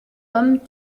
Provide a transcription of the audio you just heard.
hommes